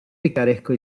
picaresco